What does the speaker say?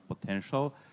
potential